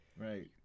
right